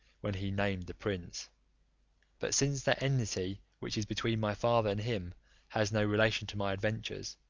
when he named the prince but since that enmity which is between my father and him has no relation to my adventures,